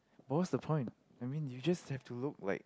but what's the point I mean you just have to look like